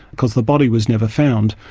because the body was never found,